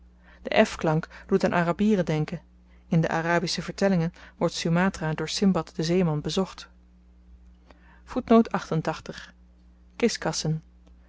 de f klank doet aan arabieren denken in de arabische vertellingen wordt sumatra door sindbad den zeeman bezocht kiskassen